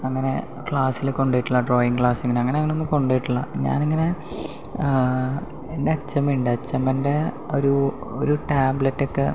അങ്ങനെ ക്ലാസ്സിൽ കൊണ്ടു പോയിട്ടില്ല ഡ്രോയിങ് ക്ലാസ്സിൽ അങ്ങനെ അങ്ങനെയൊന്നും കൊണ്ടു പോയിട്ടില്ല ഞാൻ ഇങ്ങനെ എൻ്റെ അച്ഛമ്മ ഉണ്ട് അച്ഛമ്മേൻ്റെ ഒരു ഒരു ടാബ്ലറ്റ് ഒക്കെ